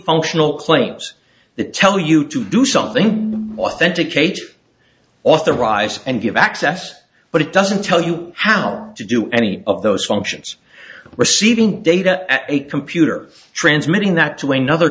functional claims that tell you to do something authenticate authorized and give access but it doesn't tell you how to do any of those functions receiving data at a computer transmitting that to another